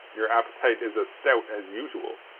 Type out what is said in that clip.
your appetite is as stout as usual.